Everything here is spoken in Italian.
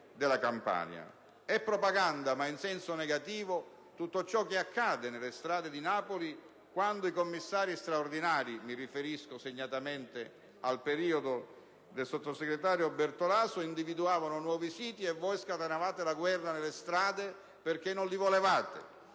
È propaganda, ma in senso negativo, tutto ciò che accade nelle strade di Napoli quando i commissari straordinari - mi riferisco segnatamente al periodo del sottosegretario Bertolaso - individuavano nuovi siti e voi scatenavate la guerra nelle strade perché non li volevate.